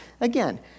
Again